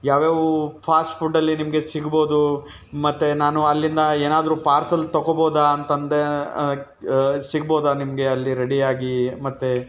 ಯಾವ್ಯಾವು ಫಾಸ್ಟ್ ಫುಡ್ಡಲ್ಲಿ ನಿಮಗೆ ಸಿಗ್ಬೋದು ಮತ್ತು ನಾನು ಅಲ್ಲಿಂದ ಏನಾದರೂ ಪಾರ್ಸಲ್ ತೊಗೋಬೋದ ಅಂತಂದೇ ಸಿಗ್ಬೋದ ನಿಮಗೆ ಅಲ್ಲಿ ರೆಡಿಯಾಗಿ ಮತ್ತು